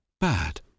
bad